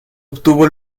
obtuvo